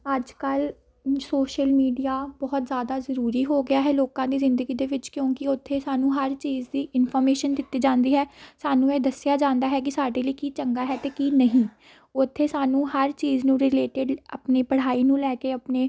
ਅੱਜ ਕੱਲ੍ਹ social media ਬਹੁਤ ਜ਼ਿਆਦਾ ਜ਼ਰੂਰੀ ਹੋ ਗਿਆ ਹੈ ਲੋਕਾਂ ਦੀ ਜ਼ਿੰਦਗੀ ਦੇ ਵਿੱਚ ਕਿਉਂਕਿ ਉੱਥੇ ਸਾਨੂੰ ਹਰ ਚੀਜ਼ ਦੀ ਇਨਫੋਰਮੇਸ਼ਨ ਦਿੱਤੀ ਜਾਂਦੀ ਹੈ ਸਾਨੂੰ ਇਹ ਦੱਸਿਆ ਜਾਂਦਾ ਹੈ ਕਿ ਸਾਡੇ ਲਈ ਕੀ ਚੰਗਾ ਹੈ ਅਤੇ ਕੀ ਨਹੀਂ ਉੱਥੇ ਸਾਨੂੰ ਹਰ ਚੀਜ਼ ਨੂੰ ਰਿਲੇਟਿਡ ਆਪਣੀ ਪੜ੍ਹਾਈ ਨੂੰ ਲੈ ਕੇ ਆਪਣੇ